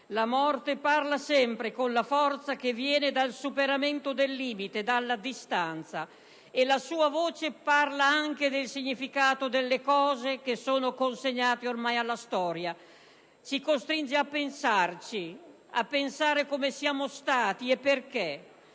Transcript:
La morte parla sempre con la forza che viene dal superamento del limite, dalla distanza, e la sua voce parla anche del significato delle cose che sono consegnate ormai alla storia. Ci costringe a pensarci, a pensare come siamo stati e perché,